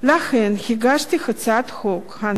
לכן הגשתי את הצעת החוק הנ"ל,